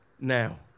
now